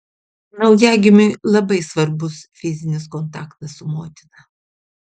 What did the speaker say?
naujagimiui labai svarbus fizinis kontaktas su motina